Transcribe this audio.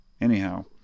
Anyhow